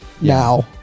now